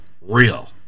real